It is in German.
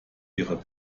ihrer